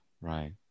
Right